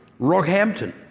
Rockhampton